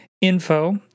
info